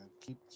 keep